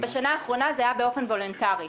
בשנה האחרונה זה היה באופן וולונטרי.